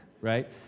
right